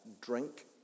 drink